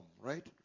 Right